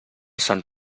sant